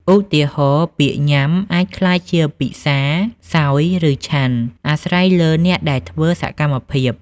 ឧទាហរណ៍ ពាក្យ ញ៉ាំ អាចក្លាយជា ពិសា សោយ ឬ ឆាន់ អាស្រ័យលើអ្នកដែលធ្វើសកម្មភាព។